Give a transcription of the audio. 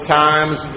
times